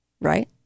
right